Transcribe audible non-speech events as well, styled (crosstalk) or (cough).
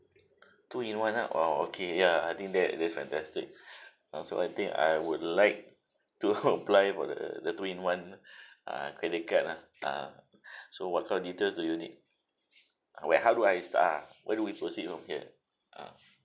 two in one ah !wow! okay ya I think that that's fantastic (breath) also I think I would like to (laughs) apply for the the two in one (breath) ah credit card ah ah (breath) so what kind of details do you need where how do I start ah where do we proceed from here ah